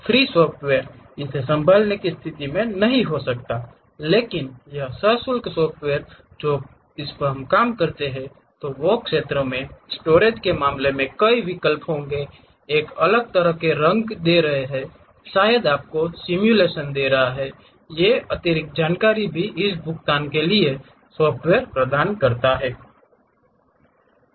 free software इसे संभालने की स्थिति में नहीं हो सकता है लेकिन यह सशुल्क सॉफ़्टवेयर है जो काम कर सकते हैं वो क्षेत्र हैं स्टोरेज के मामले में कई विकल्प होंगे एक अलग तरह के रंग दे रहे हैं शायद आपको सिमुलेशन दे रहे हैं यह अतिरिक्त जानकारी भी इस भुगतान किए गए सॉफ़्टवेयर प्रदान करता है